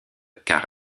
car